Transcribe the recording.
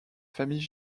famille